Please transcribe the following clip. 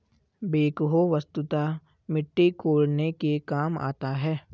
backhoe वस्तुतः मिट्टी कोड़ने के काम आता है